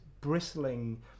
bristling